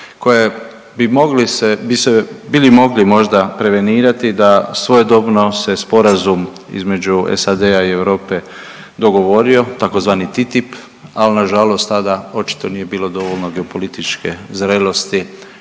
se, bi se bili mogli možda prevenirati da svojedobno se sporazum između SAD-a i Europe dogovorio tzv. TTIP ali nažalost tada očito nije bilo dovoljno geopolitičke zrelosti